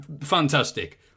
fantastic